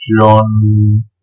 John